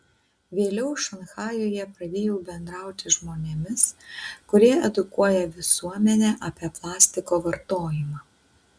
vėliau šanchajuje pradėjau bendrauti žmonėmis kurie edukuoja visuomenę apie plastiko vartojimą